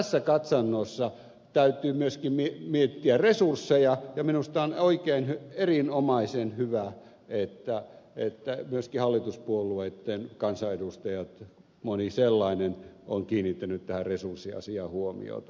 tässä katsannossa täytyy myöskin miettiä resursseja ja minusta on erinomaisen hyvä että myöskin moni hallituspuolueen kansanedustaja on kiinnittänyt tähän resurssiasiaan huomiota